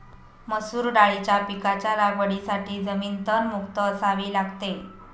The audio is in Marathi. मसूर दाळीच्या पिकाच्या लागवडीसाठी जमीन तणमुक्त असावी लागते